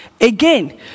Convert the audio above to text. Again